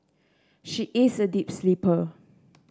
she is a deep sleeper